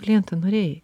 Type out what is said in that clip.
klientų norėjai